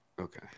Okay